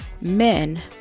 men